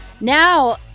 Now